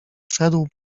wszedł